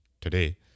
today